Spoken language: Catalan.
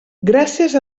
gràcies